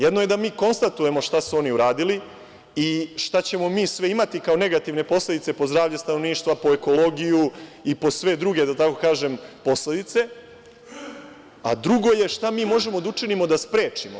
Jedno je da mi konstatujemo šta su oni uradili i šta ćemo mi sve imati kao negativne posledice po zdravlje stanovništva, po ekologiju i po sve druge da tako kažem posledice, a drugo je šta mi možemo da učinimo da sprečimo.